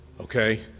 okay